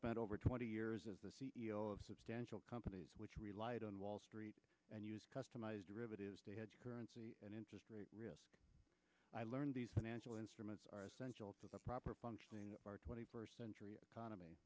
spent over twenty years as the c e o of substantial companies which relied on wall street and used customized derivatives they had currency and interest rate i learned these financial instruments are essential to the proper functioning are twenty first century economy